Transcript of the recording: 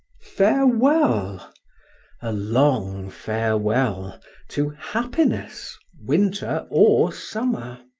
farewell a long farewell to happiness, winter or summer!